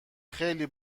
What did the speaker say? خیلی